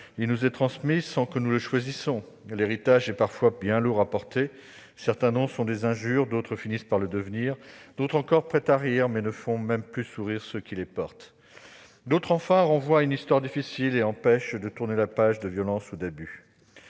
Il nous est transmis sans que nous le choisissions. L'héritage est parfois bien lourd à porter. Certains noms sont des injures, d'autres finissent par le devenir. D'autres encore prêtent à rire, mais ne font même plus sourire ceux qui les portent. D'autres enfin renvoient à une histoire difficile et empêchent de tourner la page de violences ou d'abus.